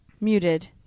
muted